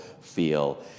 feel